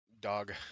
dog